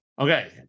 Okay